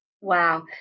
Wow